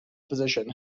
positions